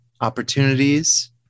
opportunities